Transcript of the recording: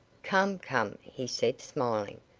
come, come, he said, smiling.